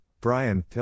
Brian